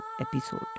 episode